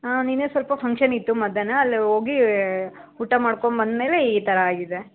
ಹಾಂ ನಿನ್ನೆಸ್ವಲ್ಪ ಫಂಕ್ಷನಿತ್ತು ಮಧ್ಯಾಹ್ನ ಅಲ್ಲಿ ಹೋಗಿ ಊಟ ಮಾಡ್ಕೊಂಬಂದಮೇಲೆ ಈ ಥರ ಆಗಿದೆ